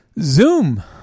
Zoom